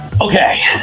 okay